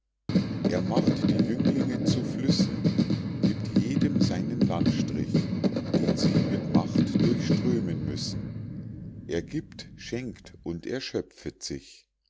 er macht die jünglinge zu flüssen gibt jedem seinen landesstrich den sie mit macht durchströmen müssen er gibt schenkt und erschöpfet sich